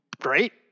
great